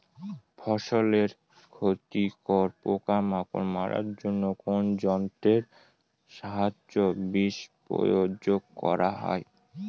ফসলের ক্ষতিকর পোকামাকড় মারার জন্য কোন যন্ত্রের সাহায্যে বিষ প্রয়োগ করা হয়?